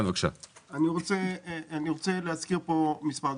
אני רוצה להזכיר פה מספר דברים.